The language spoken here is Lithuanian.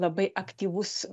labai aktyvus